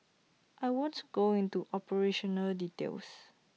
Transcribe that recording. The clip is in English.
I won't go into operational details